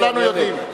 כולנו יודעים.